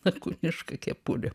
lakūnišką kepurę